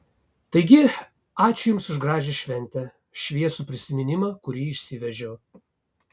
taigi ačiū jums už gražią šventę šviesų prisiminimą kurį išsivežiau